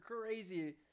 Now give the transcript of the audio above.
crazy